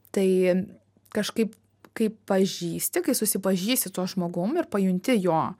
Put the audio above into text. tai kažkaip kai pažįsti kai susipažįsti su tuom žmogum ir pajunti jo